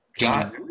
got